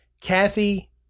Kathy